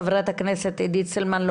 חברת הכנסת עידית סילמן,